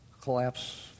collapse